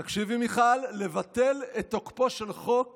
תקשיבי, מיכל, "לבטל את תוקפו של חוק